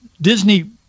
Disney